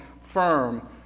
firm